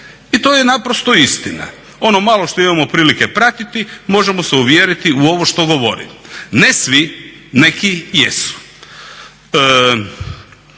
I to je naprosto istina. Ono malo što imamo prilike pratiti možemo se uvjeriti u ovo što govorim. Ne svi, neki jesu.